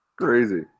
Crazy